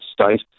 state